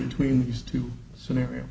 between these two scenario